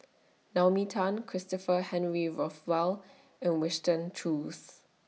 Naomi Tan Christopher Henry Rothwell and Winston Choos